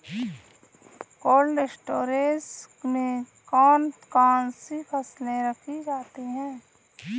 Cold storage में कौन कौन सी फसलें रखी जाती हैं?